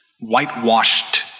whitewashed